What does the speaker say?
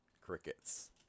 Crickets